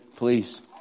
Please